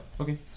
Okay